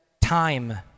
time